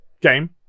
game